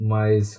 Mas